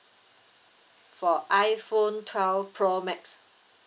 for iphone twelve pro max